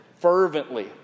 fervently